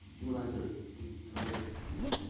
he went on to another institution.